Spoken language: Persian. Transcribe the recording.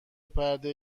پرده